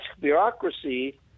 bureaucracy